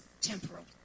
temporal